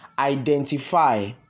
Identify